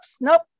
nope